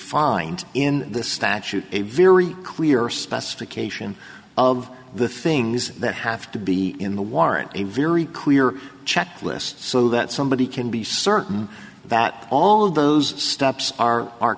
find in this statute a very clear specification of the things that have to be in the warrant a very clear check list so that somebody can be certain that all of those steps are are